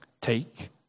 Take